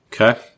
Okay